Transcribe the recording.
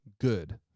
good